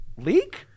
leak